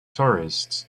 tourists